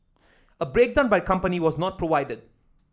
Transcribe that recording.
a breakdown by company was not provided